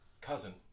Cousin